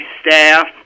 staff